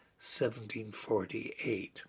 1748